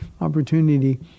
opportunity